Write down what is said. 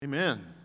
Amen